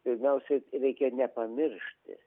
pirmiausiai reikia nepamiršti